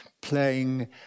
playing